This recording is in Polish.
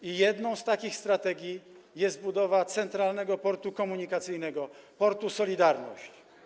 I jedną z takich strategii jest budowa Centralnego Portu Komunikacyjnego, portu „Solidarność”